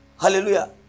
Hallelujah